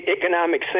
economic